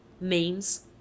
names